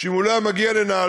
שאם הוא לא היה מגיע לנהלל,